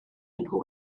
nhw